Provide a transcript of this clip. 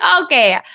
okay